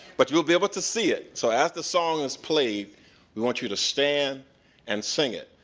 but you will be able to see it so as the song is played we want you to stand and sing it.